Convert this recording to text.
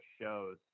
shows